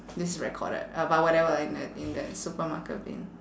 this is recorded uh but whatever in the in the supermarket bin